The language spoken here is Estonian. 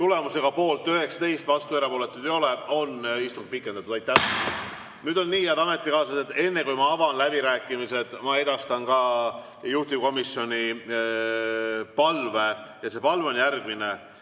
Tulemusega poolt 19, vastu‑ ja erapooletuid ei ole, on istung pikendatud. Aitäh! Nüüd on nii, head ametikaaslased, et enne kui ma avan läbirääkimised, ma edastan juhtivkomisjoni palve. See palve on järgmine.